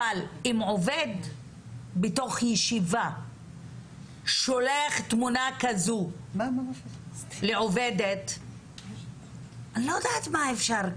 אבל אם עובד בתוך ישיבה שולח תמונה כזו לעובדת אני לא יודעת מה אפשר,